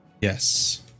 Yes